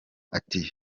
ati